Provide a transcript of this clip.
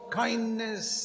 kindness